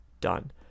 done